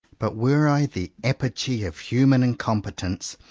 but were i the apogee of human incompetence,